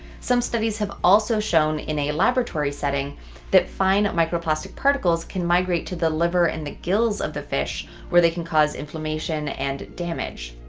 some studies have also shown in a laboratory setting that fine microplastic particles can migrate to the liver and the gills of the fish where they can cause inflammation and damage.